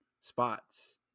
spots